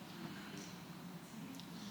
חושב שקציני צה"ל בוודאי צריכים להרוויח משכורת ראויה,